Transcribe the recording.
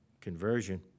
conversion